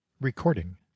Recording